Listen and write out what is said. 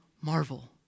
marvel